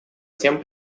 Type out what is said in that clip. тем